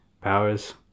powers